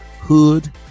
Hood